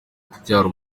kubyara